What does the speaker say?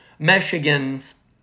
Michigan's